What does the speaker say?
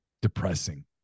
depressing